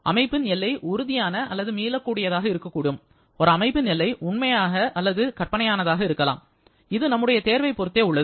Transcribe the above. அமைப்பின் எல்லை உறுதியான அல்லது மீளக்கூடியதாக இருக்கக்கூடும் ஒரு அமைப்பின் எல்லை உண்மையான அல்லது கற்பனையானதாக இருக்கலாம் இது நம்முடைய தேர்வை பொறுத்தே உள்ளது